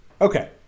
Okay